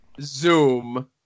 zoom